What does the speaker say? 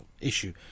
issue